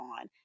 on